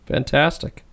Fantastic